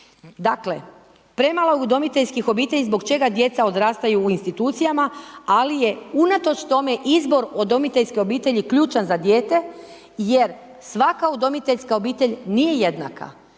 Dakle, premalo je udomiteljskih obitelji zbog čega djeca odrastaju u institucijama, ali je unatoč tome, izbor udomiteljske obitelji ključan za dijete, jer svaka udomiteljska obitelj nije jednaka.